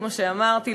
כמו שאמרתי,